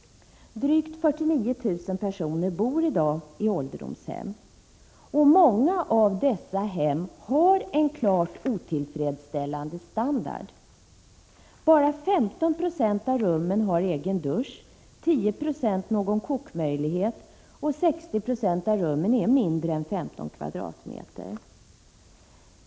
Drygt 49 000 personer bor i dag i ålderdomshem. Många av dessa hem har en klart otillfredsställande standard. Bara 15 96 av rummen har egen dusch, 10 70 har kokmöjlighet, och 60 2 av rummen är mindre än 15 kvadratmeter.